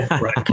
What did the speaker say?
Right